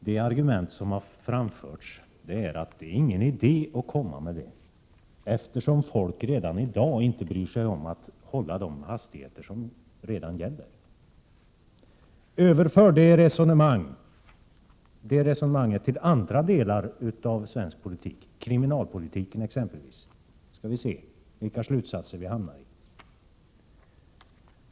De argument som har framförts är att det inte är någon idé att komma med förslag om sänkta hastigheter, eftersom folk redan i dag inte bryr sig om att hålla de hastigheter som nu gäller. Överför det resonemanget till andra delar av svensk politik, kriminalpolitik exempelvis, så skall ni få se vilka slutsatserna blir.